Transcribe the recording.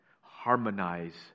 harmonize